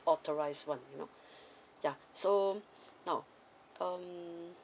authorise one you know ya so now um